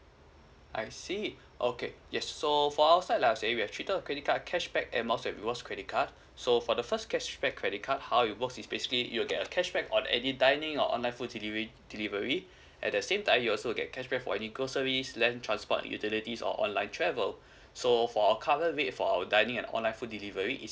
I see okay yes so for our side like what I said we have three types of credit card cashback airmiles and rewards credit card so for the first cashback credit card how it works is basically you'll get a cashback on any dining or online food delivery delivery at the same time you also get cashback for grocery land transport utilities or online travel so for our current rate for our dining and online food delivery is